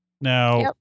Now